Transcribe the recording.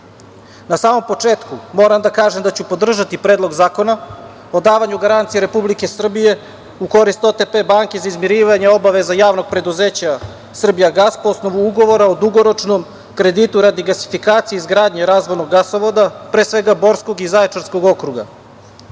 samom početku moram da kažem da ću podržati predlog zakona o davanju garancije Republike Srbije u korist OTP banke za izmirivanje obaveza JP Srbijagas, po osnovu ugovora o dugoročnom kreditu gasifikacije i izgradnje razvodnog gasovoda, pre svega Borskog i Zaječarskog okruga. Ja